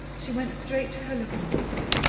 she went straight to her looking-glass.